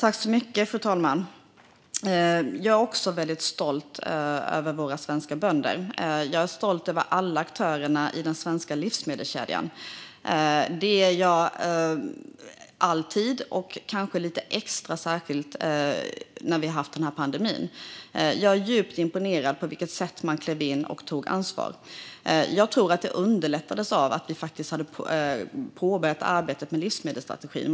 Fru talman! Jag är också väldigt stolt över våra svenska bönder. Jag är stolt över alla aktörerna i den svenska livsmedelskedjan. Det är jag alltid, men kanske lite extra under pandemin. Jag är djupt imponerad av på vilket sätt man klev in och tog ansvar. Jag tror att det underlättades av att vi hade påbörjat arbetet med livsmedelsstrategin.